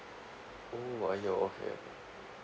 oh !aiyo! okay